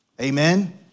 Amen